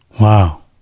Wow